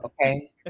okay